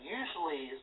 usually